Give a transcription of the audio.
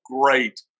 great